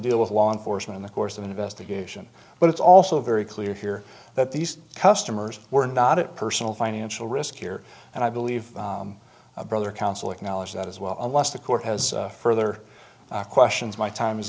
deal with law enforcement in the course of an investigation but it's also very clear here that these customers were not at personal financial risk here and i believe a brother counsel acknowledged that as well unless the court has further questions my time